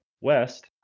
west